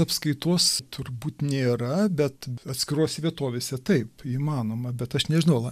apskaitos turbūt nėra bet atskirose vietovėse taip įmanoma bet aš nežinau